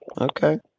Okay